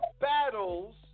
battles